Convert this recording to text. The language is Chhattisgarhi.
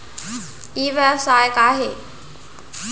ई व्यवसाय का हे?